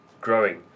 growing